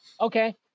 Okay